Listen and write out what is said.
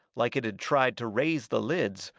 like it had tried to raise the lids,